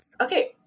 Okay